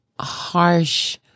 harsh